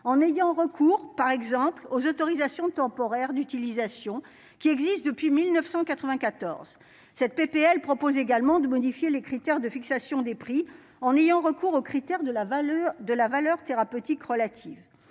en ayant recours par exemple aux autorisations temporaires d'utilisation qui existe depuis 1994 cette PPL propose également de modifier les critères de fixation des prix, en ayant recours aux critères de la valeur de la valeur thérapeutique relative